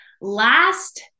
Last